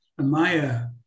Amaya